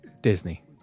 Disney